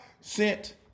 sent